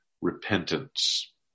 repentance